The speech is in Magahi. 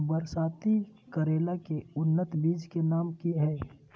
बरसाती करेला के उन्नत बिज के नाम की हैय?